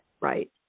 Right